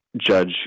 Judge